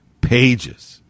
pages